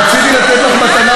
רציתי לתת לך מתנה,